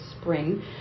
spring